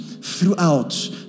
throughout